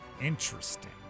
Interesting